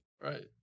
Right